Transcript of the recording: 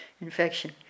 infection